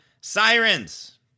Sirens